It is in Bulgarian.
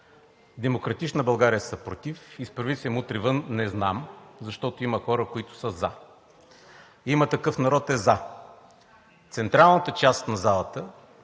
„Демократична България“ са против, „Изправи се мутри вън“ – не знам, защото има хора, които са за, „Има такъв народ“ е за. Централната част на залата